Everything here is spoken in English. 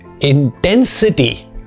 intensity